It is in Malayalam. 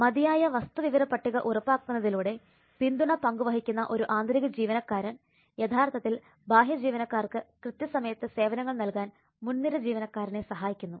മതിയായ വസ്തു വിവരപ്പട്ടിക ഉറപ്പാക്കുന്നതിലൂടെ പിന്തുണ പങ്കുവഹിക്കുന്ന ഒരു ആന്തരിക ജീവനക്കാരൻ യഥാർത്ഥത്തിൽ ബാഹ്യ ജീവനക്കാർക്ക് കൃത്യസമയത്ത് സേവനങ്ങൾ നൽകാൻ മുൻനിര ജീവനക്കാരനെ സഹായിക്കുന്നു